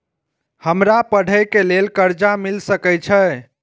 हमरा पढ़े के लेल कर्जा मिल सके छे?